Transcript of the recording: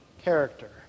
character